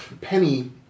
Penny